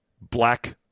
black